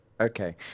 Okay